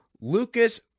Lucas